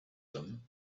them